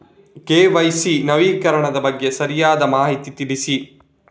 KYC ನವೀಕರಣದ ಬಗ್ಗೆ ಸರಿಯಾದ ಮಾಹಿತಿ ತಿಳಿಸಿ?